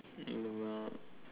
alamak